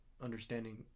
understanding